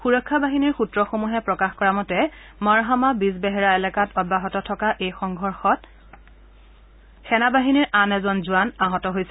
সুৰক্ষা বাহিনীৰ সুত্ৰসমূহে প্ৰকাশ কৰা মতে মৰহামা বিজবেহেৰা এলেকাত অব্যাহত থকা এই সংঘৰ্ষত সেনা বাহিনীৰ আন এজন জোৱান আহত হৈছে